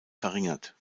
verringert